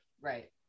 right